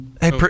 Hey